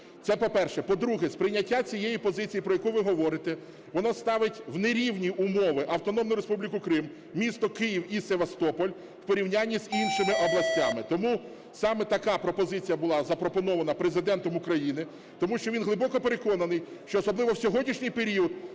Це, по-перше. По-друге, сприйняття цієї позиції, про яку ви говорите, воно ставить в нерівні умови Автономну Республіку Крим, місто Київ і Севастополь у порівнянні з іншими областями. Тому саме така пропозиція була запропонована Президентом України, тому що він глибоко переконаний, що особливо в сьогоднішній період